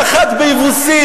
מלה אחת ביבוסית.